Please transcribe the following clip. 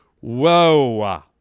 Whoa